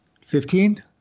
Fifteen